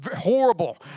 horrible